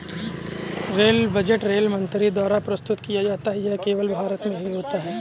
rail budget rail मंत्री द्वारा प्रस्तुत किया जाता है ये केवल भारत में ही होता है